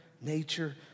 nature